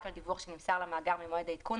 רק על דיווח שנמסר למאגר ממועד העדכון,